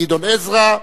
גדעון עזרא,